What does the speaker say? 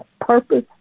purpose